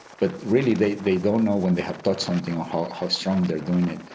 but really they they don't know when they have touched something or how how strong they are doing it.